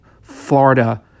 Florida